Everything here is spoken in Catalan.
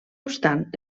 obstant